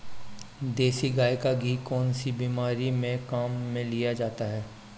देसी गाय का घी कौनसी बीमारी में काम में लिया जाता है?